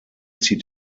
zieht